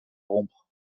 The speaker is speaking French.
rompre